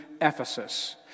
Ephesus